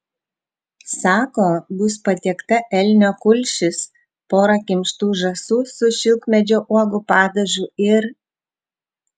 sako bus patiekta elnio kulšis pora kimštų žąsų su šilkmedžio uogų padažu ir